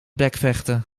bekvechten